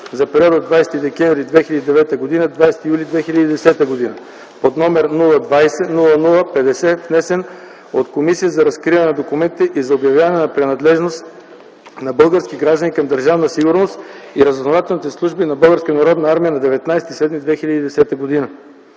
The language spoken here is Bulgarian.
за периода 20 декември 2009 г. – 20 юли 2010 г. под № 020-00-50, внесен от Комисията за разкриване на документите и за обявяване на принадлежност на български граждани към Държавна сигурност и разузнавателните служби на Българската народна